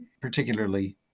particularly